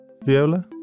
Viola